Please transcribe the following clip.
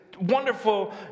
wonderful